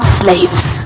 slaves